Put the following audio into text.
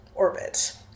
orbit